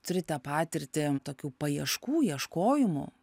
turite patirtį tokių paieškų ieškojimų